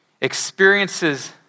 experiences